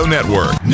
Network